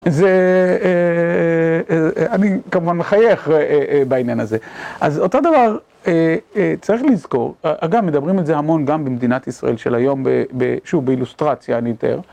זה... אני כמובן מחייך בעניין הזה, אז אותו דבר, צריך לזכור, אגב מדברים את זה המון גם במדינת ישראל של היום, שוב באילוסטרציה אני אתאר